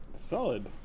Solid